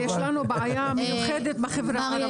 אבל יש לנו בעיה מיוחדת בחברה הערבית.